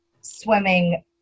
swimming